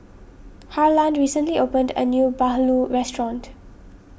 Harland recently opened a new Bahulu restaurant